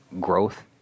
growth